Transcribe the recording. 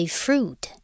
fruit